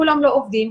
כולם לא עובדים,